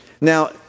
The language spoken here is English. Now